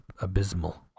abysmal